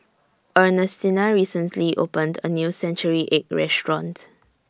Ernestina recently opened A New Century Egg Restaurant